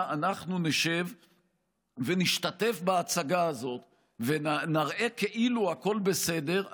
אנחנו נשב ונשתתף בהצגה הזאת ונראה כאילו הכול בסדר,